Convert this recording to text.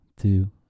two